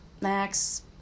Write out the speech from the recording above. Max